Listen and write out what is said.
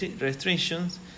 restrictions